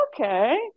okay